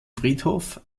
friedhof